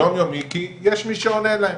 יומיומי, כי יש מי שעונה להם.